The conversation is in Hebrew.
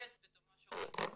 לסבית או משהו כזה?